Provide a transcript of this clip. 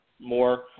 more